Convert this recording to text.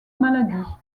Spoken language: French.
maladie